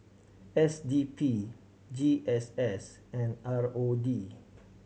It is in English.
S D P G S S and R O D